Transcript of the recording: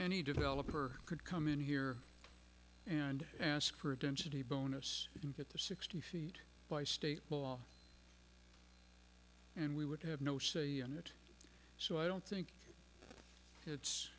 any developer could come in here and ask for a density bonus you can get the sixty feet by state law and we would have no say in it so i don't think it's